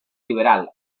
liberal